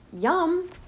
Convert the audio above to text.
Yum